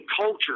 culture